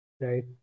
right